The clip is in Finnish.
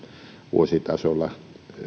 vuositasolla